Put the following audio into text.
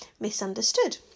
misunderstood